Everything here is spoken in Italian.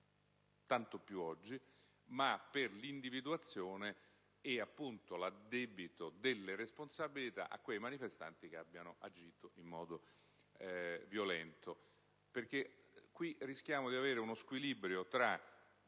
tanto più oggi, ma per l'individuazione e, appunto, l'addebito delle responsabilità a quei manifestanti che abbiano agito in modo violento. Rischiamo infatti di avere uno squilibrio tra